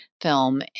film